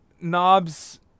knobs